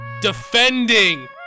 defending